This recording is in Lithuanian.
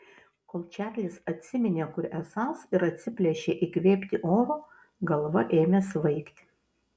kol čarlis atsiminė kur esąs ir atsiplėšė įkvėpti oro galva ėmė svaigti